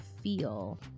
feel